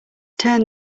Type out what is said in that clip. turn